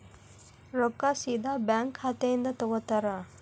ರೊಕ್ಕಾ ಸೇದಾ ಬ್ಯಾಂಕ್ ಖಾತೆಯಿಂದ ತಗೋತಾರಾ?